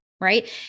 Right